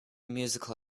musical